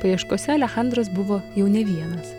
paieškose alechandras buvo jau ne vienas